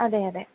അതെ അതെ